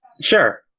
Sure